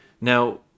now